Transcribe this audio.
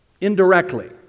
indirectly